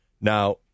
Now